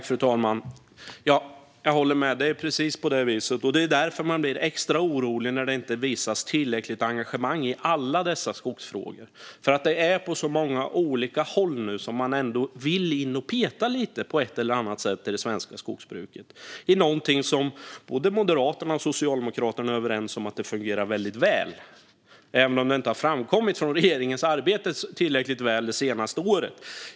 Fru talman! Jag håller med. Det är precis på det viset, och det är därför man blir extra orolig när det inte visas tillräckligt engagemang i alla dessa skogsfrågor. Det är på så många olika håll som man nu vill in och på ett eller annat sätt peta lite i det svenska skogsbruket. Man vill peta i någonting som Moderaterna och Socialdemokraterna är överens om fungerar väldigt väl, även om det inte har framkommit tillräckligt tydligt av regeringens arbete det senaste året.